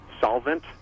solvent